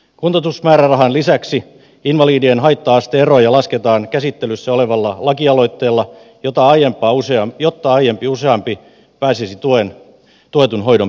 kuntoutusmäärärahan lisäksi invalidien haitta asterajoja lasketaan käsittelyssä olevalla lakialoitteella jotta aiempaa useampi pääsisi tuetun hoidon piiriin